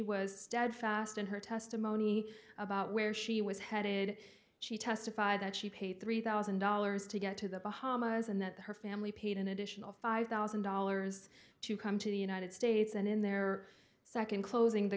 was steadfast in her testimony about where she was headed she testified that she paid three thousand dollars to get to the bahamas and that her family paid an additional five thousand dollars to come to the united states and in their second closing the